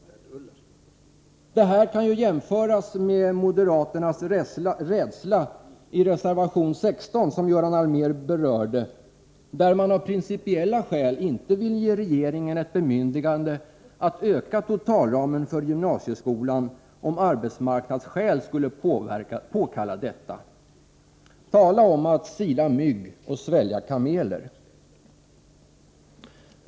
Det här kan jämföras med den rädsla moderaterna givit uttryck för i reservation 16, som Göran Allmér berörde. Där vill man av principiella skäl inte ge regeringen ett bemyndigande att öka totalramen för gymnasieskolan om arbetsmarknadsskäl skulle påkalla detta. Tala om att sila mygg och svälja kameler!